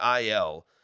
IL